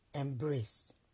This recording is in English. embraced